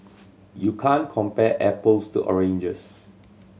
you can't compare apples to oranges